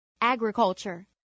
Agriculture